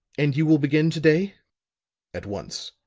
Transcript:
and you will begin to-day? at once!